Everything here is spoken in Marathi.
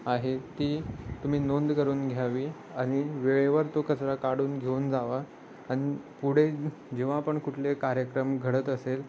आहे ती तुम्ही नोंद करून घ्यावी आणि वेळेवर तो कचरा काढून घेऊन जावा आणि पुढे जेव्हा पण कुठले कार्यक्रम घडत असेल